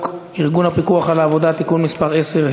ארגון הפיקוח על העבודה (תיקון מס' 10),